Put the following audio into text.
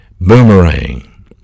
Boomerang